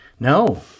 No